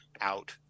out